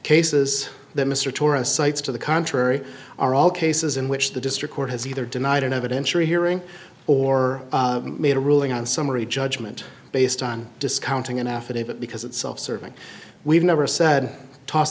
cases that mr tourist sites to the contrary are all cases in which the district court has either denied an evidentiary hearing or made a ruling on summary judgment based on discounting an affidavit because it's self serving we've never said toss